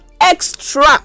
extra